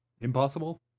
impossible